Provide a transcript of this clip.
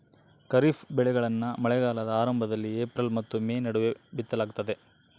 ಖಾರಿಫ್ ಬೆಳೆಗಳನ್ನ ಮಳೆಗಾಲದ ಆರಂಭದಲ್ಲಿ ಏಪ್ರಿಲ್ ಮತ್ತು ಮೇ ನಡುವೆ ಬಿತ್ತಲಾಗ್ತದ